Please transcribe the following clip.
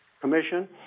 Commission